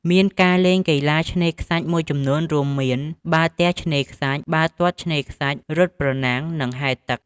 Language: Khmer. មានការលេងនៅកីឡាឆ្នេរខ្សាច់មួយចំនួនរួមមាន បាល់ទះឆ្នេរខ្សាច់ បាល់ទាត់ឆ្នេរខ្សាច់ រត់ប្រណាំង និងហែលទឹក។